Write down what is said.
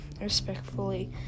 respectfully